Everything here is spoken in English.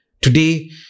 Today